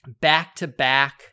Back-to-back